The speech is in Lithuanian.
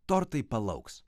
tortai palauks